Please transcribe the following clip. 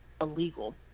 illegal